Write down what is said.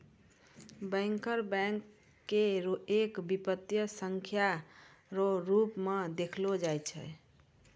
banker bank के एक वित्तीय संस्था रो रूप मे देखलो जाय छै